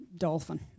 dolphin